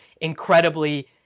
incredibly